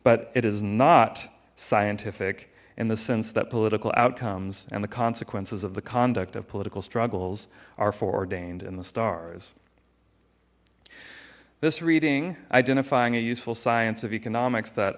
but it is not scientific in the sense that political outcomes and the consequences of the conduct of political struggles are foreordained in the stars this reading identifying a useful science of economics that